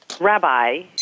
rabbi